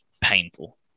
Painful